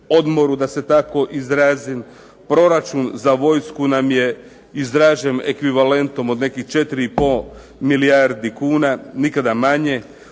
odmoru" da se tako izrazim. Proračun za vojsku nam je izrađen ekvivalentom od nekih 4,5 milijardi kuna, nikada manje.